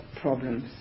problems